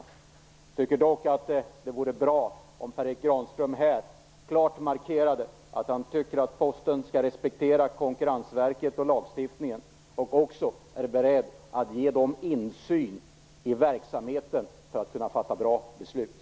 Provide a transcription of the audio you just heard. Jag tycker dock att det vore bra om Per Erik Granström här klart markerade att han tycker att Posten skall respektera Konkurrensverket och lagstiftningen och också vara beredd att ge dem insyn i verksamheten så att bra beslut kan fattas.